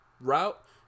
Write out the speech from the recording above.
route